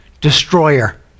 destroyer